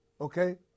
Okay